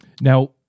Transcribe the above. Now